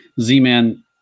Z-Man